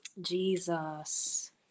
Jesus